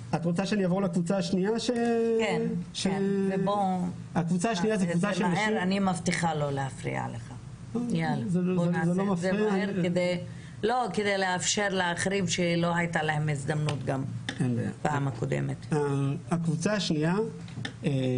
הקבוצה השנייה היא הקבוצה של נשים שנפלטו